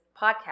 podcast